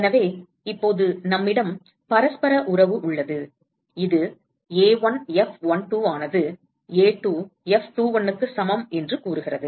எனவே இப்போது நம்மிடம் பரஸ்பர உறவு உள்ளது இது A1 F12 ஆனது A2 F21 க்கு சமம் என்று கூறுகிறது